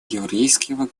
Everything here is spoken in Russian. еврейского